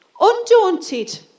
undaunted